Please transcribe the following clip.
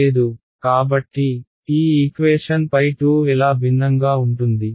లేదు కాబట్టి ఈ ఈక్వేషన్ 2 ఎలా భిన్నంగా ఉంటుంది